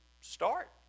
start